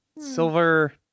Silver